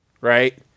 Right